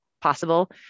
possible